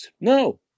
No